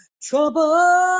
Trouble